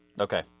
Okay